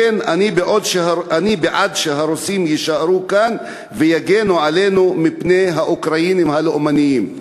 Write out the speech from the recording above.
לכן אני בעד שהרוסים יישארו כאן ויגנו עלינו מפני האוקראינים הלאומנים."